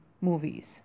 movies